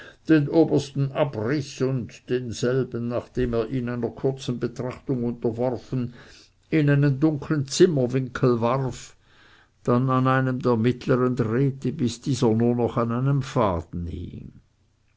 den obersten abriß und denselben nachdem er ihn einer kurzen betrachtung unterworfen in einen dunkeln zimmerwinkel warf dann an einem der mittlern drehte bis dieser nur noch an einem faden hing